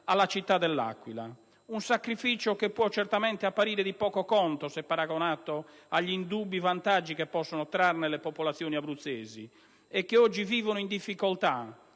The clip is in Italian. alla città dell'Aquila. È un sacrificio che può certamente apparire di poco conto se paragonato agli indubbi vantaggi che possono trarne le popolazioni abruzzesi che oggi vivono in difficoltà